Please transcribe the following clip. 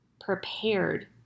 prepared